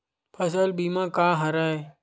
फसल बीमा का हरय?